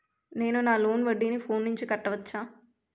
నేను నా లోన్ వడ్డీని ఫోన్ నుంచి కట్టవచ్చా?